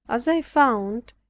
as i found,